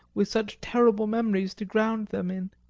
with such terrible memories to ground them in.